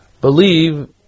believe